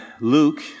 Luke